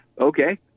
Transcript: Okay